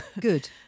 Good